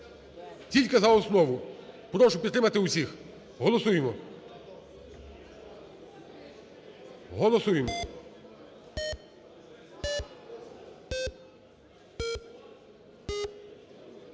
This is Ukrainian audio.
тільки за основу. Прошу підтримати усіх, голосуємо. Голосуємо.